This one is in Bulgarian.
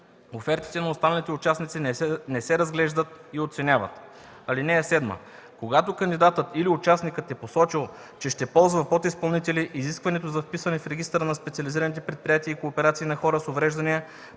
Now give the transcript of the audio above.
офертите на останалите участници не се разглеждат и оценяват. (7) Когато кандидатът или участникът е посочил, че ще ползва подизпълнители, изискването за вписване в регистъра на специализираните предприятия и кооперации на хора с увреждания,